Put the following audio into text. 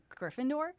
Gryffindor